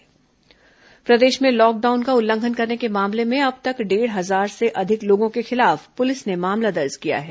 lockdown उल्लंघन कार्रवाई प्रदेश में लॉकडाउन का उल्लंघन करने के मामले में अब तक डेढ़ हजार से अधिक लोगों के खिलाफ पुलिस ने मामला दर्ज किया है